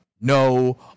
no